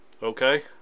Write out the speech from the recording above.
Okay